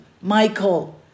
Michael